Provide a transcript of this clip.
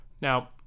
now